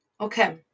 Okay